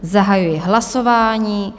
Zahajuji hlasování.